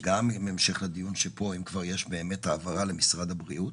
אם יש כבר העברה למשרד הבריאות,